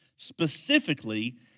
specifically